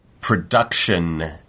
production